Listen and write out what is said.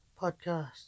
podcast